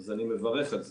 אז אני מברך על זה.